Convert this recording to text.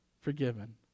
forgiven